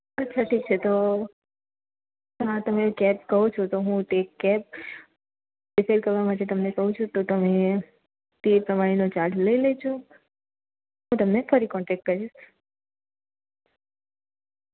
અચ્છા ઠીક છે તો હા તમે ચેક કરો છો તો હું એ કેબ એ સેલ કરવા માટે તમને કહું છું તો તમે તે પ્રમાણેનો ચાર્જ લઈ લેજો હું તમને ફરી કોન્ટેક કરીશ